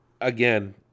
again